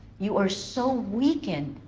you are so weakened